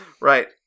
right